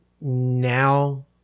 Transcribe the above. now